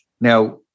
Now